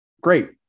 Great